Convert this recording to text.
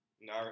No